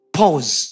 pause